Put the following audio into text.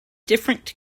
different